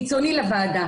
חיצוני לוועדה.